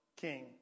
king